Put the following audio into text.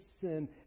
sin